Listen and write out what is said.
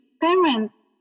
parents